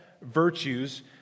virtues